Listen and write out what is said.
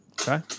Okay